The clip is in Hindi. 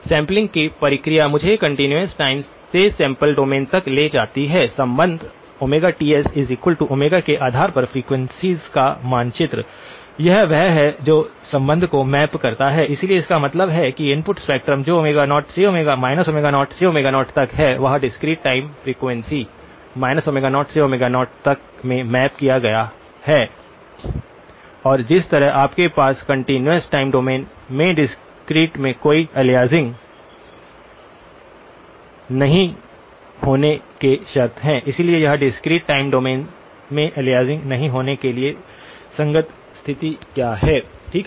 सैंपलिंग की प्रक्रिया मुझे कंटीन्यूअस टाइम से सैंपल डोमेन तक ले जाती है संबंध Tsω के आधार पर फ्रीक्वेंसीयों का मानचित्र यह वह है जो संबंध को मैप करता है इसलिए इसका मतलब है कि इनपुट स्पेक्ट्रम जो 0 से 0 तक है वह डिस्क्रीट टाइम फ्रीक्वेंसी 0 से 0 तक में मैप किया गया है और जिस तरह आपके पास कंटीन्यूअस टाइम डोमेन में डिस्क्रीट में कोई अलियासिंग नहीं होने के शर्त है उसी तरह डिस्क्रीट टाइम डोमेन में अलियासिंग नहीं होने के लिए संगत स्थिति क्या है ठीक है